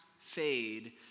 fade